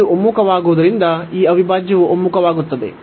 ಇದು ಒಮ್ಮುಖವಾಗುವುದರಿಂದ ಈ ಅವಿಭಾಜ್ಯವು ಒಮ್ಮುಖವಾಗುತ್ತದೆ